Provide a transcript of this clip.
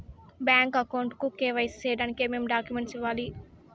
Bank account కు KYC సేయడానికి ఏమేమి డాక్యుమెంట్ ఇవ్వాలి?